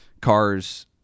cars